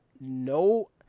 no